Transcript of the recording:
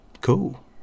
Cool